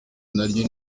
naryo